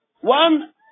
one